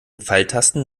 pfeiltasten